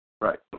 Right